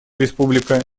республика